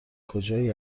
کجایی